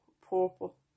purple